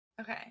okay